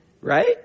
Right